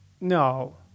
No